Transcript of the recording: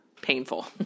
painful